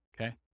Okay